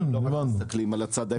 לא רק מסתכלים על הצד האפקטיבי.